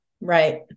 Right